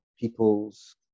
people's